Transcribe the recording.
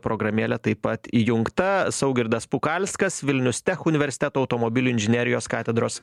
programėlė taip pat įjungta saugirdas pukalskas vilnius tech universiteto automobilių inžinerijos katedros